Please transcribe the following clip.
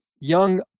young